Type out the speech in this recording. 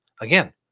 Again